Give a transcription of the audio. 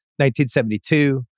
1972